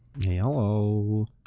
Hello